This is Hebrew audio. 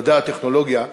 המדע, הטכנולוגיה,